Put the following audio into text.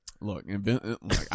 look